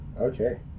okay